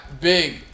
big